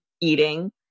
eating